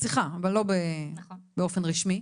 בשיחה, אבל לא באופן רשמי.